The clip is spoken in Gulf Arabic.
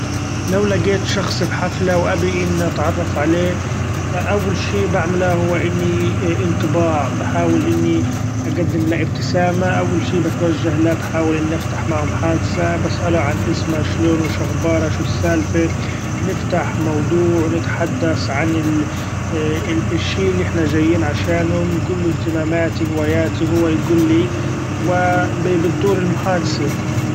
لو لاقيت شخص بحفلة وأبي إني أتعرف عليه ، أول شي بعمله هو إني إنطباع بحأول إني اقدم له ابتسامة، أول شي بتوجه له بحأول إني افتح معه محادثة بسأله عن اسمه واشلونه شخباره شو السالفة؟ نفتح موضوع نتحدث عن ال- ال-الشي اللي احنا چأيين عشإنه، بنقوله اهتماماتي هوأياتي هو يقولي وبتدور المحادثة.